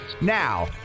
now